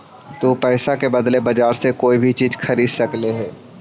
तु पईसा के बदले बजार से कोई भी चीज खरीद सकले हें